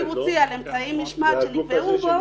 -- הסכם קיבוצי על אמצעי משמעת שנקבעו בו